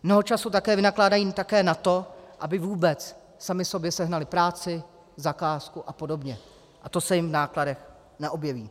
Mnoho času také vynakládají na to, aby vůbec sami sobě sehnali práci, zakázku apod., a to se jim v nákladech neobjeví.